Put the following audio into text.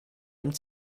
allem